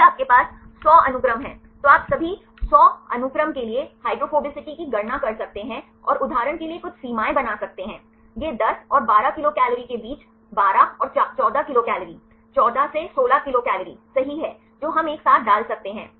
यदि आपके पास 100 अनुक्रम हैं तो आप सभी 100 अनुक्रम के लिए हाइड्रोफोबिसिटी की गणना कर सकते हैं और उदाहरण के लिए कुछ सीमाएं बना सकते हैं यह 10 और 12 किलो कैलोरी के बीच 12 और 14 किलो कैलोरी 14 से 16 किलो कैलोरी सही है जो हम एक साथ डाल सकते हैं